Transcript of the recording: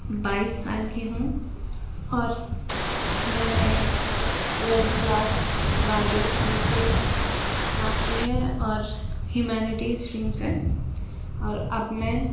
بائیس سال کی ہوں اور میں نے ٹویلوتھ کلاس رابعہ اسکول سے پاس کی ہے اور ہیومینٹیز اسٹریم سے اور اب میں